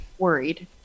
Worried